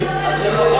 אז לפחות,